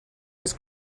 was